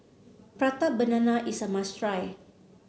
Prata Banana is a must try